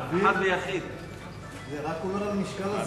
התשס"ח 2008, לא נתקבלה.